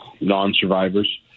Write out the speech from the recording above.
non-survivors